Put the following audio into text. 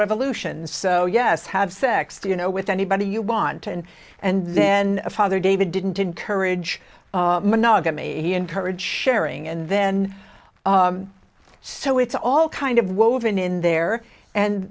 revolution so yes have sex you know with anybody you want and and then father david didn't encourage monogamy he encouraged sharing and then so it's all kind of woven in there and